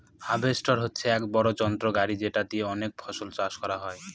harvester হচ্ছে এক বড়ো যন্ত্র গাড়ি যেটা দিয়ে অনেক ফসল চাষ করা যায়